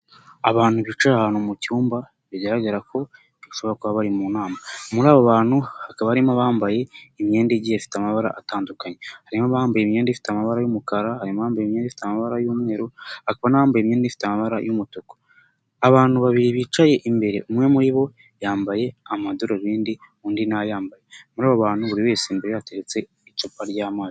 Abantu bicaye ahantu mu cyumba bigaragara ko bashobora kuba bari mu nama muri abo bantu hakaba arimo abambaye imyenda igiye ifite amabara atandukanye harimo abambaye imyenda ifite amabara y'umukara harimo abambaye imyenda ifite amabara y'umweru n'abambaye imyenda ifite amabara y'umutuku abantu babiri bicaye imbere umwe muri bo yambaye amadarubindi undi ntayambaye muri abo bantu buri wese imbere ye hateretse icupa ry'amazi.